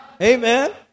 Amen